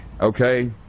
Okay